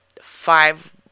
five